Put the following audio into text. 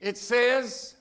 it says